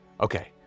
okay